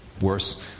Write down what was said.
Worse